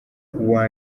uwa